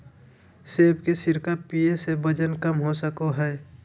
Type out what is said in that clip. सेब के सिरका पीये से वजन कम हो सको हय